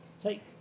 take